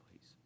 please